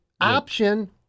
option